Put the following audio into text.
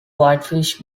whitefish